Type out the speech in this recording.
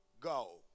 go